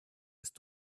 ist